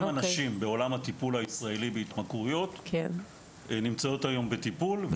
כמה נשים בעולם הטיפול הישראלי בהתמכרויות נמצאות היום בטיפול?